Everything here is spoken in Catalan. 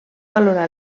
valorar